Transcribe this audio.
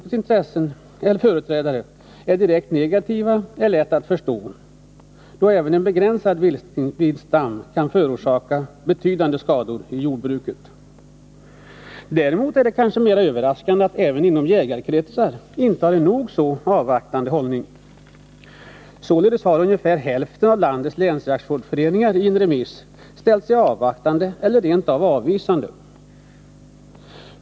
Att jordoch skogsbrukets företrädare är direkt negativa är lätt att förstå, då även en begränsad vildsvinsstam kan förorsaka betydande skador i jordbruket. Däremot är det kanske mera överraskande att man även inom jägarkretsar intar en nog så avvaktande hållning. Således har ungefär hälften av landets länsjaktvårdsföreningar i en remiss ställt sig avvaktande eller rent av avvisande.